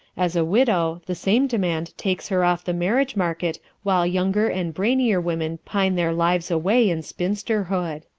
as a widow the same demand takes her off the marriage market while younger and brainier women pine their lives away in spinsterhood.